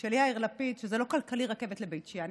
של יאיר לפיד: שזה לא כלכלי, רכבת לבית שאן.